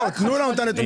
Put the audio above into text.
בואו, תנו לנו את הנתונים.